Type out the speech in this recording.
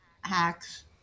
hacks